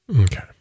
Okay